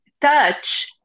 touch